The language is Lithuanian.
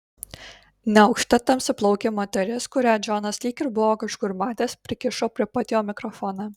neaukšta tamsiaplaukė moteris kurią džonas lyg ir buvo kažkur matęs prikišo prie pat jo mikrofoną